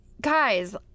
guys